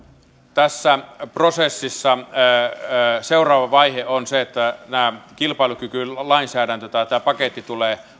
tässä prosessissa seuraava vaihe on se että kilpailukykylainsäädäntö tai tämä paketti tulee